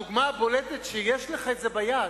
הדוגמה הבולטת שיש לך ביד